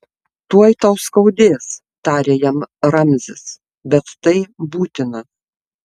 tuoj tau skaudės tarė jam ramzis bet tai būtina